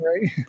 right